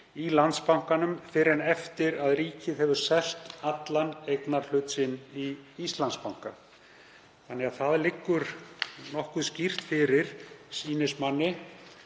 í Landsbankanum fyrr en eftir að ríkið hefur selt allan eignarhlut sinn í Íslandsbanka. Þannig að það liggur nokkuð skýrt fyrir, sýnist manni,